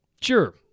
Sure